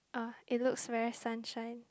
uh it looks very sunshine